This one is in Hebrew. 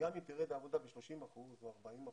וגם אם תרד העבודה ב-30% או 40%,